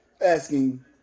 Asking